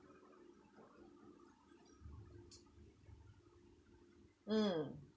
mm